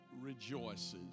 rejoices